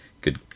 good